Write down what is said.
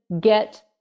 get